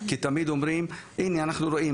כי תמיד אומרים הנה אנחנו רואים,